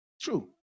True